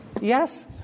yes